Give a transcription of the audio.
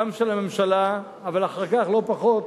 גם של הממשלה, אבל אחר כך לא פחות